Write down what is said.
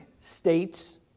states